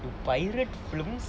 you pirate films